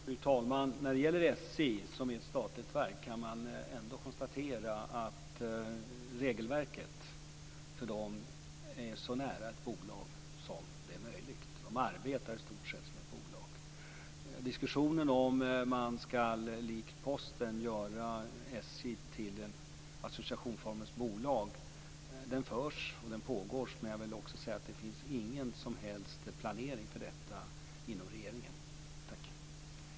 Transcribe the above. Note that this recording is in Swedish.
Fru talman! När det gäller SJ, som är ett statligt verk, kan man konstatera att regelverket är så nära ett bolag som det är möjligt. Man arbetar i stort sett som ett bolag. Diskussionen om man, liksom man gjort med Posten, skall göra om SJ till associationsformen bolag förs och pågår, men det finns ingen som helst planering för detta inom regeringen. Tack!